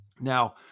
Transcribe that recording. Now